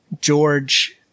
George